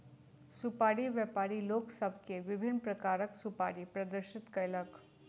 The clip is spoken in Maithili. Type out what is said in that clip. सुपाड़ी व्यापारी लोक सभ के विभिन्न प्रकारक सुपाड़ी प्रदर्शित कयलक